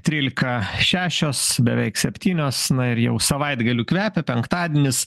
trylika šešios beveik septynios na ir jau savaitgaliu kvepia penktadienis